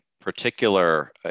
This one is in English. particular